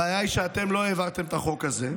הבעיה היא שאתם לא העברתם את החוק הזה,